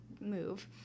move